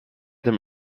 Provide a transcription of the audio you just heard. him